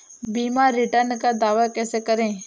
बीमा रिटर्न का दावा कैसे करें?